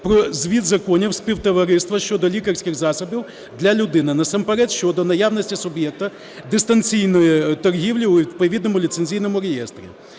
про звід законів співтовариства щодо лікарських засобів для людини, насамперед щодо наявності суб'єкта дистанційної торгівлі у відповідному ліцензійному реєстрі.